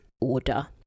order